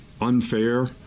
unfair